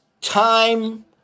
time